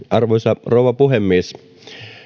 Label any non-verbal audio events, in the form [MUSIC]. [UNINTELLIGIBLE] arvoisa rouva puhemies